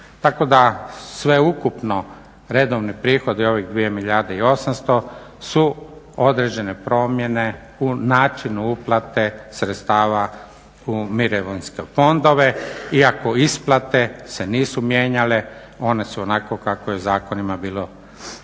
Tako da sveukupno redovni prihodi u ovih 2 milijarde i 800 su određene promjene u načinu uplate sredstava u mirovinske fondove iako isplate se nisu mijenjale, one su onakve kako je zakonima bilo dosada